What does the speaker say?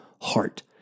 heart